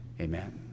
Amen